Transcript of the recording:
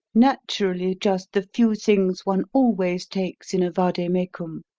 naturally, just the few things one always takes in a vade-mecum,